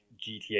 GTA